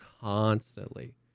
constantly